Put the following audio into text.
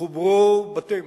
חוברו בתים